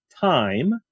time